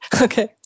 Okay